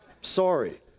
Sorry